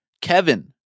Kevin